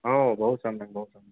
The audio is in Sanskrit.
बहु सम्यक् बहु सम्यक्